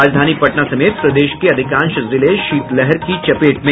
राजधानी पटना समेत प्रदेश के अधिकांश जिले शीतलहर की चपेट में